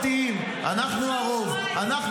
הארץ הזאת, המיעוטים בה הפכו לרוב: החרדים,